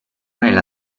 nella